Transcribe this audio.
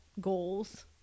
goals